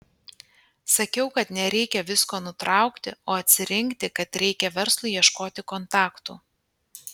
sakiau kad nereikia visko nutraukti o atsirinkti kad reikia verslui ieškoti kontaktų